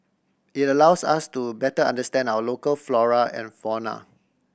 it allows us to better understand our local flora and fauna